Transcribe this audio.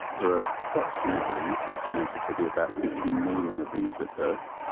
there are approximately estimated to be about fifty million of these at birth,